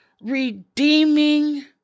redeeming